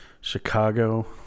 Chicago